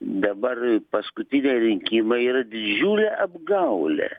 dabar paskutiniai rinkimai yra didžiulė apgaulė